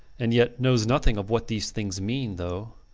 and yet knows nothing of what these things mean though,